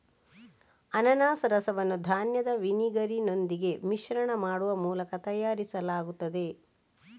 ಅನಾನಸ್ ರಸವನ್ನು ಧಾನ್ಯದ ವಿನೆಗರಿನೊಂದಿಗೆ ಮಿಶ್ರಣ ಮಾಡುವ ಮೂಲಕ ತಯಾರಿಸಲಾಗುತ್ತದೆ